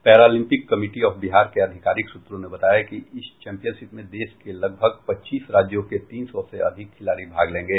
Paralympic committee of Bihar के आधिकारिक सूत्रों ने बताया कि इस चैम्पिनशिप में देश के लगभग पच्चीस राज्यों के तीन सौ से अधिक खिलाड़ी भाग लेंगे